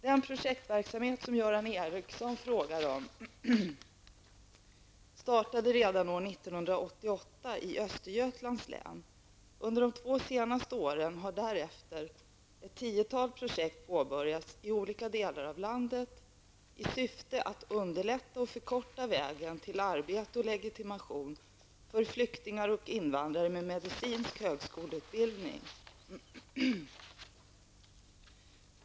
Den projektverksamhet som Göran Ericsson frågar om startade redan år 1988 i Östergötlands län. Under de två senaste åren har därefter ett tiotal projekt påbörjats i olika delar av landet i syfte att underlätta och förkorta vägen till arbete och legitimation för flyktingar och invandrare med medicinsk högskoleutbildning.